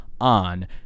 on